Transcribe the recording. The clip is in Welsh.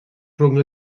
rhwng